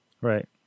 Right